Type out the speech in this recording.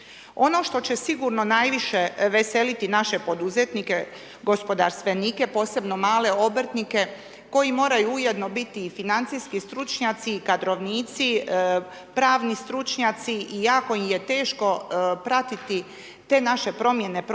Ono što će sigurno najviše veseliti naše poduzetnike, gospodarstvenike, posebno male obrtnike, koji moraju ujedno biti i financijski stručnjaci i kadrovnici, pravni stručnjaci, jako je teško pratiti te naše promjene propisa,